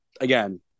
again